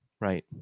Right